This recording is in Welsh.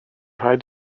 rhaid